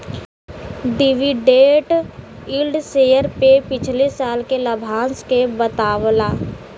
dividend yield share पे पिछले साल के लाभांश के बतावला